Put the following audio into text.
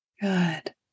Good